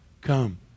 come